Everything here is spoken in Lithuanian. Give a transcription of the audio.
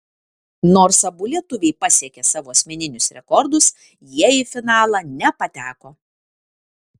nors abu lietuviai pasiekė savo asmeninius rekordus jie į finalą nepateko